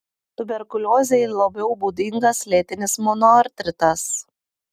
tuberkuliozei labiau būdingas lėtinis monoartritas